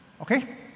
Okay